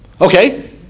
Okay